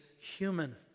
human